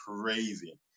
crazy